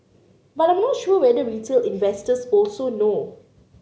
but I'm not sure whether retail investors also know